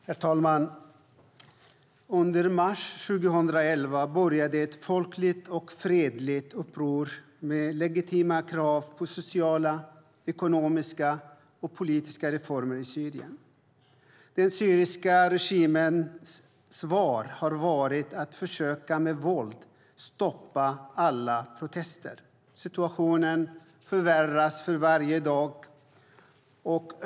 Herr talman! Under mars 2011 började ett folkligt och fredligt uppror med legitima krav på sociala, ekonomiska och politiska reformer i Syrien. Den syriska regimens svar har varit att försöka att med våld stoppa alla protester. Situationen förvärras för varje dag.